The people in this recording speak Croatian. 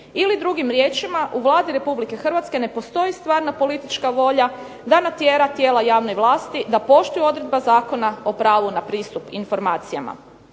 Ili drugim riječima u Vladi Republike Hrvatske ne postoji stvarna politička volja da natjera tijela javne vlasti da poštuju odredbe Zakona o pravu na pristup informacijama.